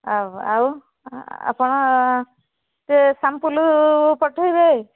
ଆଉ ଆଉ ଆପଣ ସେ ସାମ୍ପଲ୍ ପଠେଇବେ